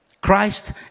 Christ